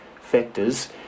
factors